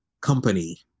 company